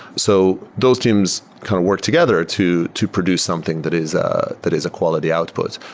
so those teams kind of work together to to produce something that is ah that is a quality output,